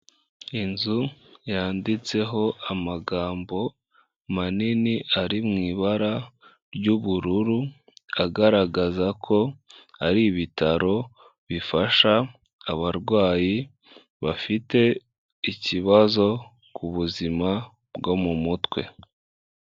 Inzu yanditseho amagambo manini ari mu ibara ry'ubururu agaragaza ko ari ibitaro bifasha abarwayi bafite ikibazo ku buzima bwo mu mutwe.